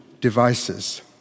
devices